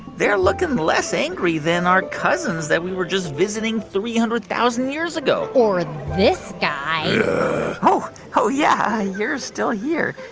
they're looking less angry than our cousins that we were just visiting three hundred thousand years ago or this guy oh, oh, yeah, you're still here.